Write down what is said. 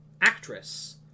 actress